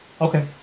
okay